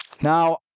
Now